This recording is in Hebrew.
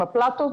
עם הפלטות,